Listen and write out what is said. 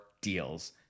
deals